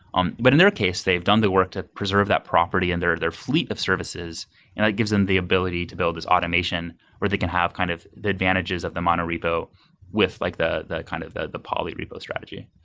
um but in their case, they've done the work to preserve that property and their their fleet of services, and that gives them the ability to build this automation or they can have kind of the advantages of the mono repo with like the the kind of the the poly-repo strategy.